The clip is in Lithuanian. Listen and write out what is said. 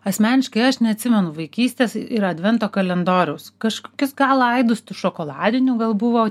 asmeniškai aš neatsimenu vaikystės ir advento kalendoriaus kažkokius gal aidus tų šokoladinių gal buvo